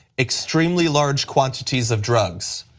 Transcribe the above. extremely large quantities of drugs.